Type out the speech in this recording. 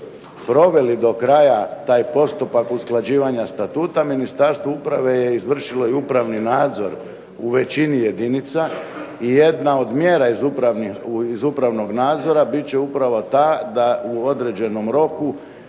proveli do kraja taj postupak usklađivanja statuta Ministarstvo uprave je izvršilo upravni nadzor u većini jedinica i jedna od mjera iz upravnog nadzora biti će upravo ta da u određenom roku